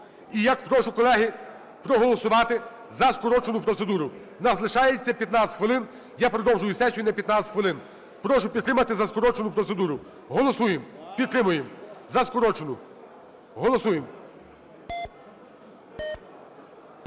І я прошу, колеги, проголосувати за скорочену процедуру. В нас лишається 15 хвилин, я продовжую сесію на 15 хвилин. Прошу підтримати за скорочену процедуру. Голосуємо, підтримуємо за скорочену. Голосуємо.